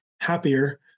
happier